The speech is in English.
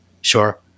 Sure